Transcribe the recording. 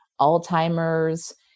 Alzheimer's